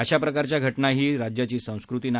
अशाप्रकारच्या घटना ही राज्याची संस्कृती नाही